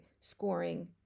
scoring